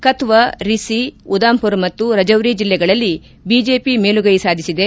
ಕತುವಾ ರೀಸಿ ಉದಾಮ್ಪುರ್ ಮತ್ತು ರಜೌರಿ ಜಿಲ್ಲೆಗಳಲ್ಲಿ ಬಿಜೆಪಿ ಮೇಲುಗೈ ಸಾಧಿಸಿದೆ